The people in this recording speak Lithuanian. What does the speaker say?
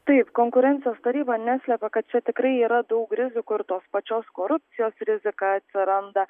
taip konkurencijos taryba neslepia kad čia tikrai yra daug rizikų ir tos pačios korupcijos rizika atsiranda